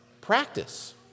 practice